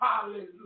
hallelujah